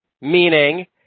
Meaning